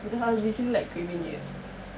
because I was literally like craving it